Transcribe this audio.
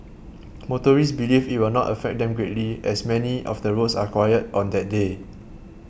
motorists believe it will not affect them greatly as many of the roads are quiet on that day